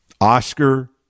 Oscar